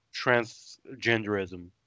transgenderism